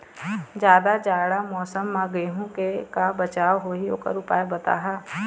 जादा जाड़ा मौसम म गेहूं के का बचाव होही ओकर उपाय बताहा?